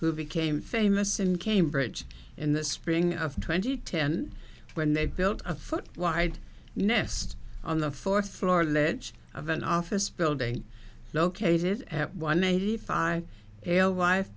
who became famous in cambridge in the spring of twenty ten when they built a foot wide nest on the fourth floor ledge of an office building located at one eighty five a